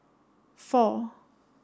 four